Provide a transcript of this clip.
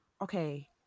okay